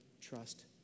trust